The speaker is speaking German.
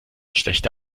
schlechte